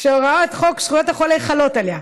שהוראות חוק זכויות החולה חלות עליה,